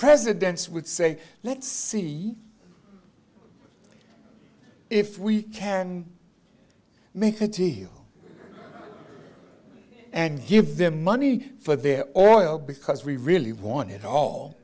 presidents would say let's see if we can make a deal and give them money for their oil because we really want it all